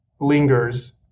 lingers